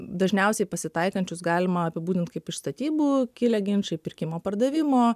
dažniausiai pasitaikančius galima apibūdint kaip iš statybų kilę ginčai pirkimo pardavimo